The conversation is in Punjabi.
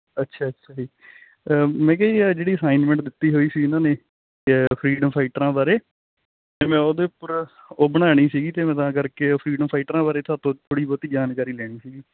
ਅੱਛਾ ਅੱਛਾ ਜੀ ਮੈਖਾਂ ਜੀ ਜਿਹੜੀ ਅਸਾਈਨਮੈਂਟ ਦਿੱਤੀ ਹੋਈ ਸੀ ਉਹਨਾਂ ਨੇ ਫਰੀਡਮ ਫਾਈਟਰਾਂ ਬਾਰੇ ਜਿਵੇਂ ਉਹਦੇ ਪਰ ਉਹ ਬਣਾਣੀ ਸੀ ਤਾਂ ਕਰਕੇ ਉਹ ਫਰੀਡਮ ਫਾਈਟਰ ਬਾਰੇ ਥੋੜੀ ਥੋਤੋਂ ਜਾਣਕਾਰੀ ਲੈਣੀ ਸੀ ਜੀ